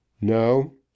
No